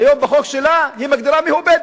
היום בחוק שלה היא מגדירה מיהו בדואי.